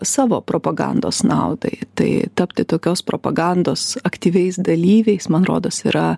savo propagandos naudai tai tapti tokios propagandos aktyviais dalyviais man rodos yra